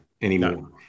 anymore